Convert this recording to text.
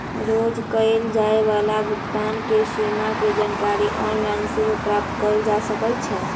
रोज कये जाय वला भुगतान के सीमा के जानकारी ऑनलाइन सेहो प्राप्त कएल जा सकइ छै